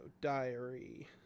Diary